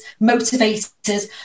motivators